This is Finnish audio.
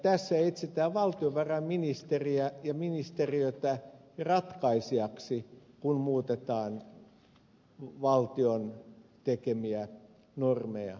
tässä etsitään valtiovarainministeriä ja ministeriötä ratkaisijaksi kun muutetaan valtion tekemiä normeja